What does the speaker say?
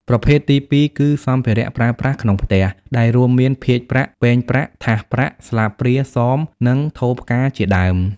ប្រភេទទីពីរគឺ សម្ភារៈប្រើប្រាស់ក្នុងផ្ទះ ដែលរួមមាន ភាជន៍ប្រាក់ ពែងប្រាក់ ថាសប្រាក់ ស្លាបព្រា សម និងថូផ្កាជាដើម។